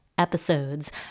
episodes